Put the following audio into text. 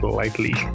lightly